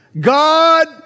God